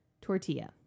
tortilla